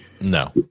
No